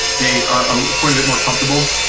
they are ah quite a bit more comfortable.